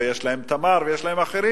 ויש להם "תמר" ויש להם אחרים,